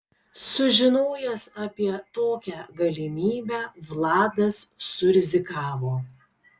sužinojęs apie tokią galimybę vladas surizikavo